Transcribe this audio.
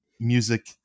music